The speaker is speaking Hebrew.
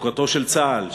יוקרתו של צה"ל,